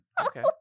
Okay